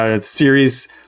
Series